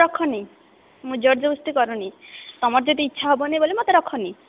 ରଖନି ମୁଁ ଜୋରଜବରଦସ୍ତି କରୁନି ତୁମର ଯଦି ଇଚ୍ଛା ହେବନି ବୋଲେ ମୋତେ ରଖନି